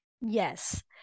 Yes